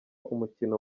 umukino